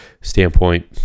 standpoint